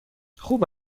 خوب